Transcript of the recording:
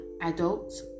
adults